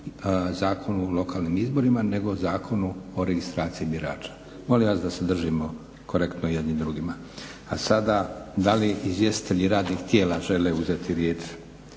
Zakonu o lokalnim izborima nego Zakonu o registraciji birača. Molim vas da se držimo korektno jedni drugima. A sada da li izvjestitelji radnih tijela žele uzeti riječ?